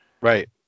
Right